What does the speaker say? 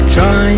Try